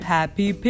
Happy